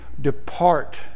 depart